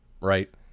right